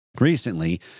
Recently